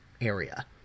area